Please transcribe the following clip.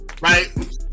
right